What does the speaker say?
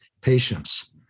patience